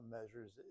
measures